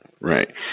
Right